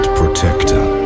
protector